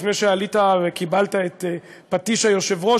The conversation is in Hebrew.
לפני שעלית וקיבלת את פטיש היושב-ראש,